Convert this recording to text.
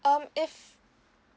um if